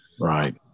Right